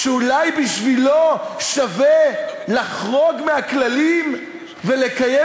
שאולי בשבילו שווה לחרוג מהכללים ולקיים